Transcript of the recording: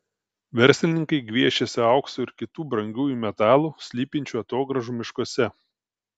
verslininkai gviešiasi aukso ir kitų brangiųjų metalų slypinčių atogrąžų miškuose